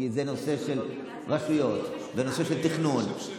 כי זה נושא של רשויות ונושא של תכנון.